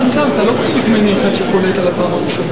אני עוד לא מדבר על השאר.